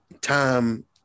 time